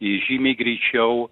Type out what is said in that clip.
ji žymiai greičiau